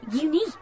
unique